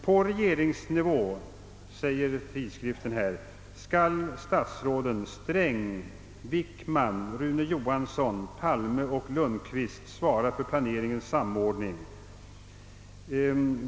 »På regeringsnivå», fortsätter tidskriften, »skall statsråden Sträng, Wickman, Rune Johansson, Palme och Lundkvist svara för planeringens samordning.